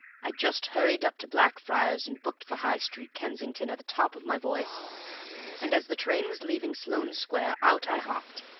i just hurried up to blackfriars and booked for high street, kensington, at the top of my voice and as the train was leaving sloane square out i hopped,